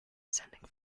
sending